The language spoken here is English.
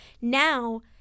now